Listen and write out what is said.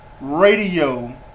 radio